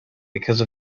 because